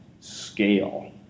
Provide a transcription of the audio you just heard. scale